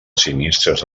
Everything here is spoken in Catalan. sinistres